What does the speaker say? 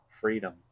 freedom